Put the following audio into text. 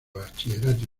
bachillerato